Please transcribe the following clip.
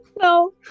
No